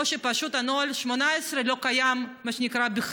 או שפשוט נוהל 2018 לא קיים בכלל.